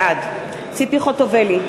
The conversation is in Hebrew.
בעד ציפי חוטובלי,